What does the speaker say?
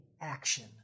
action